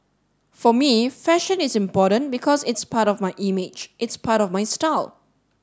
for me fashion is important because it's part of my image it's part of my style